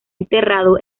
enterrado